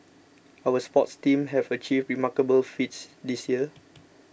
our sports teams have achieved remarkable feats this year